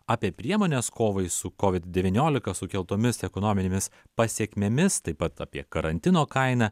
apie priemones kovai su covid devyniolika sukeltomis ekonominėmis pasekmėmis taip pat apie karantino kainą